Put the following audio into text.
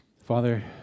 Father